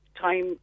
time